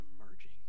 emerging